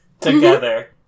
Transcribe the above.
Together